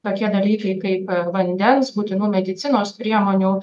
tokie dalykai kaip vandens būtinų medicinos priemonių